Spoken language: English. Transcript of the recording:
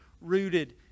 rooted